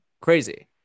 crazy